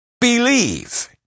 Believe